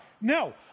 no